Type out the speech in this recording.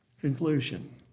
conclusion